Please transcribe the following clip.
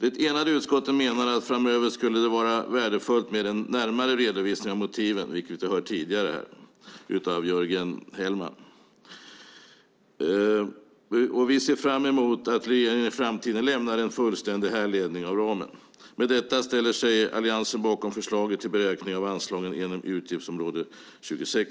Ett enigt utskott menar att det framöver skulle vara värdefullt att, som vi hört här av Jörgen Hellman, få en närmare redovisning av motiven. Vi ser fram emot att regeringen i framtiden lämnar en fullständig härledning av ramen. Med detta ställer sig Alliansen bakom förslaget om beräkning av anslaget inom utgiftsområde 26.